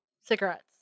cigarettes